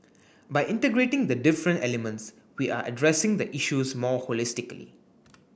by integrating the different elements we are addressing the issues more holistically